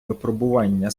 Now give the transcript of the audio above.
випробування